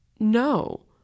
No